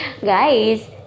guys